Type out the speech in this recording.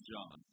John